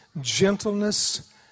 gentleness